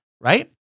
right